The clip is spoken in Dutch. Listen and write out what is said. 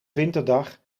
winterdag